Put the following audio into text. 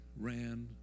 ran